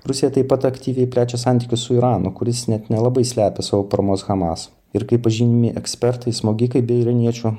rusija taip pat aktyviai plečia santykius su iranu kuris net nelabai slepia savo paramos hamas ir kaip pažymi ekspertai smogikai be iraniečių